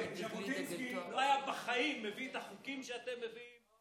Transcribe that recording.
ז'בוטינסקי בחיים לא היה מביא את החוקים שאתם מביאים,